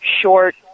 short